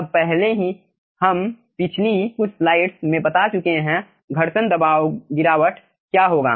अब पहले ही हम पिछली कुछ स्लाइड्स में बता चुके हैं घर्षण दबाव गिरावट क्या होगा